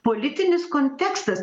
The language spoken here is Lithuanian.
politinis kontekstas